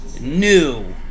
new